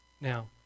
Now